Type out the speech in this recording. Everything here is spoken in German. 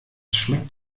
schmeckt